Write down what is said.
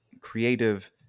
creative